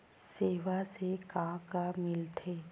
सेवा से का का मिलथे?